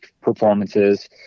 performances